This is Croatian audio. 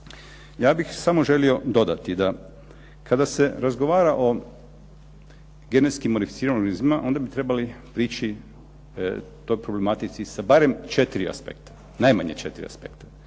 Ja bih samo želio dodati, da kada se razgovara o genetski modificiranim organizmima, onda bi trebali prići toj problematici sa barem 4 aspekta, najmanje 4 aspekta.